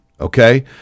okay